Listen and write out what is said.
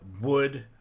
wood